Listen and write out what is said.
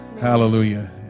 Hallelujah